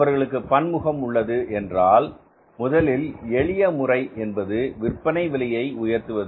அவர்களுக்கு பன்முகம் உள்ளது என்றால் முதலில் எளிய முறை என்பது விற்பனை விலையை உயர்த்துவது